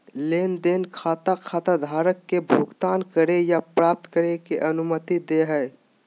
लेन देन खाता खाताधारक के भुगतान करे या प्राप्त करे के अनुमति दे हइ